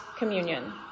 communion